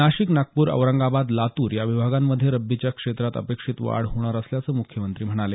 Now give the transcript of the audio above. नाशिक नागपूर औरंगाबाद लातूर या विभागांमध्ये रब्बीच्या क्षेत्रात अपेक्षित वाढ होणार असल्याचं म्ख्यमंत्री म्हणाले